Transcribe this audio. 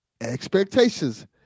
expectations